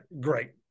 great